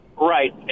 Right